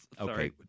Okay